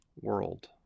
World